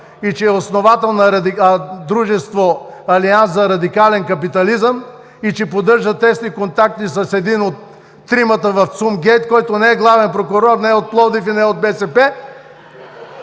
и че е основател на Дружество „Алианс за радикален капитализъм“, и че поддържа тесни контакти с един от тримата в ЦУМ-гейт, който не е главен прокурор, не е от Пловдив и не е от БСП.